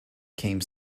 came